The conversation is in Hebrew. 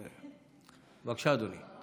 בבקשה, אדוני.